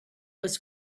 was